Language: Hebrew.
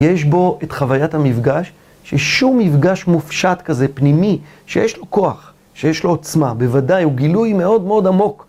יש בו את חוויית המפגש, ששום מפגש מופשט כזה פנימי, שיש לו כוח, שיש לו עוצמה, בוודאי, הוא גילוי מאוד מאוד עמוק.